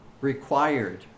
required